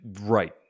Right